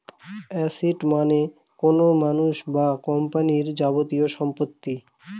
asset মানে কোনো মানুষ বা কোম্পানির যাবতীয় সম্পত্তি